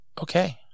okay